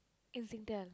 in Singtel